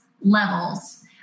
levels